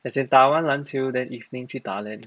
as in 打完篮球 then evening 去打 LAN